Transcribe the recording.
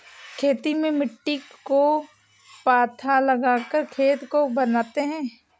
खेती में मिट्टी को पाथा लगाकर खेत को बनाते हैं?